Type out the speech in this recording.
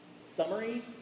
summary